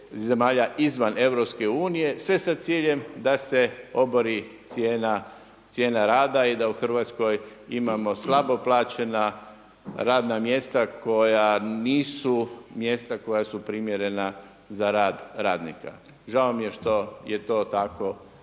izvan EU sve sa ciljem da se obori cijena rada i da u Hrvatskoj imamo slabo plaćena radna mjesta koja nisu mjesta koja su primjerena za rad ranika. Žao mi je što je to tako